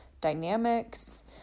dynamics